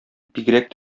бигрәк